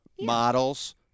models